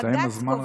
הסתיים הזמן,